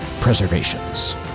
Preservations